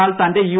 എന്നാൽ തന്റെ യു